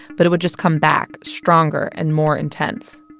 but it would just come back, stronger and more intense